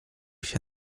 się